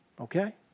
okay